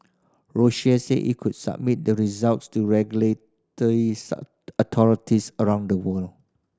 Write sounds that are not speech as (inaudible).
Roche said it could submit the results to regulatory (unintelligible) authorities around the world